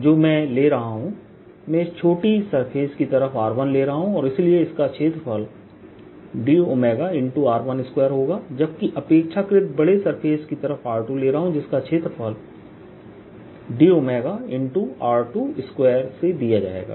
जो मैं ले रहा हूँ मैं इस छोटी सरफेस की तरफ r1ले रहा हूं और इसलिए इसका क्षेत्रफल dr12होगा जबकि अपेक्षाकृत बड़े सरफेस की तरफ r2ले रहा हूं जिसका क्षेत्रफल dr22से दिया जाएगा